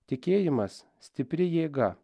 tikėjimas stipri jėga